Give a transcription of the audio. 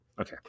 okay